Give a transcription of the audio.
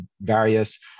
various